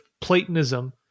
Platonism